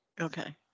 Okay